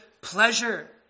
pleasure